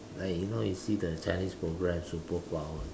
like you know you see the Chinese program superpower